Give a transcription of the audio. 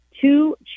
two